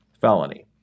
felony